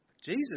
Jesus